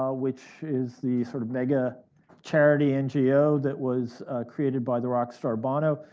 ah which is the sort of mega charity ngo that was created by the rockstar bono,